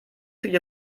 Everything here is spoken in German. viel